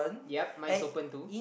yup mine is open too